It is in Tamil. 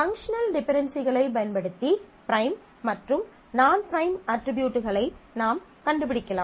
பங்க்ஷனல் டிபென்டென்சிகளைப் பயன்படுத்தி ப்ரைம் மற்றும் நான் ப்ரைம் அட்ரிபியூட்களை நாம் கண்டுபிடிக்கலாம்